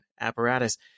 apparatus